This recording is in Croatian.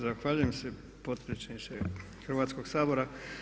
Zahvaljujem se potpredsjedniče Hrvatskog sabora.